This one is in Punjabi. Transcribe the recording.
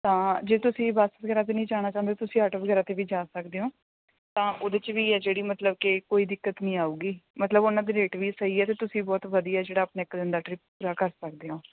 ਤਾਂ ਜੇ ਤੁਸੀਂ ਬਸ ਵਗੈਰਾ 'ਤੇ ਨਹੀਂ ਜਾਣਾ ਚਾਹੁੰਦੇ ਤੁਸੀਂ ਆਟੋ ਵਗੈਰਾ 'ਤੇ ਵੀ ਜਾ ਸਕਦੇ ਹੋ ਤਾਂ ਉਹਦੇ 'ਚ ਵੀ ਹੈ ਜਿਹੜੀ ਮਤਲਬ ਕਿ ਕੋਈ ਦਿੱਕਤ ਨਹੀਂ ਆਊਗੀ ਮਤਲਬ ਉਹਨਾਂ ਦੇ ਰੇਟ ਵੀ ਸਹੀ ਹੈ ਅਤੇ ਤੁਸੀਂ ਬਹੁਤ ਵਧੀਆ ਜਿਹੜਾ ਆਪਣਾ ਇੱਕ ਦਿਨ ਦਾ ਟ੍ਰਿੱਪ ਪੂਰਾ ਕਰ ਸਕਦੇ ਹੋ